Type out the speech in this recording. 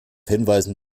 hinweisen